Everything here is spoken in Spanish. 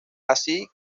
así